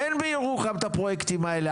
אין בירוחם את הפרויקטים האלה,